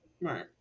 right